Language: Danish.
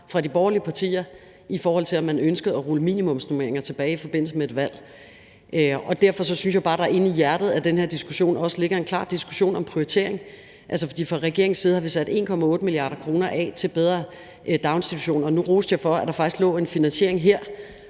fra de borgerlige partier på, om man ønskede at rulle minimumsnormeringer tilbage i forbindelse med et valg. Derfor synes jeg bare, at der inde i hjertet af den her diskussion også ligger en klar diskussion om prioritering. Fra regeringens side har vi sat 1,8 mia. kr. af til bedre daginstitutioner. Nu roste jeg det, at der faktisk lå en finansiering her,